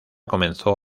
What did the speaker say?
comenzó